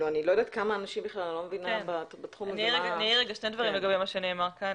אני אעיר שני דברים לגבי מה שנאמר כאן.